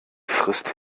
frisst